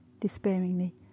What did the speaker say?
despairingly